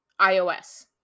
iOS